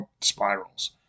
spirals